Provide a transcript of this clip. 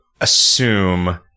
assume